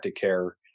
care